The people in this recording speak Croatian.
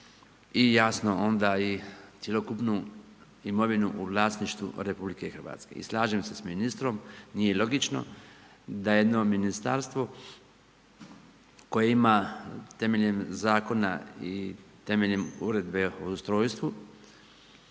i jasno onda i cjelokupnu imovinu o vlasništvu RH. I slažem se s ministrom, nije logično da jedno ministarstvo koje ima temeljem zakona i temeljem uredbe o ustrojstvu